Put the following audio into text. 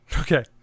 Okay